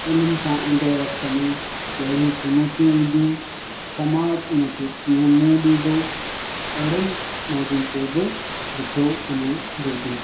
इन्हनि सां ईंदड़ु वक़्ति में कहिड़ियूं चुनौतियूं ईंदियूं समाज उनखे कीअं मुंहुं ॾींदो अहिड़नि मौज़ुनि ते बि लिखियो वञणु घुरिजे